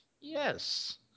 Yes